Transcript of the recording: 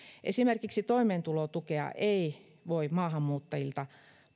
esimerkiksi toimeentulotukea ei voi maahanmuuttajilta